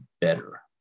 better